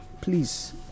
please